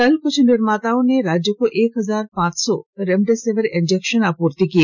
कल कुछ निर्माताओं ने राज्य को एक हजार पांच सौ रेमडेसिविर इंजेक्शन आपूर्ति किए